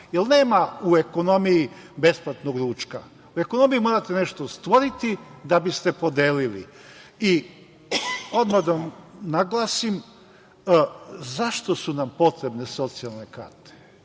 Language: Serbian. Nema u ekonomiji besplatnog ručka. U ekonomiji morate nešto stvoriti da biste podelili. Odmah da vam naglasim zašto su nam potrebne socijalne karte.